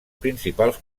principals